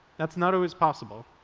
that's not always possible.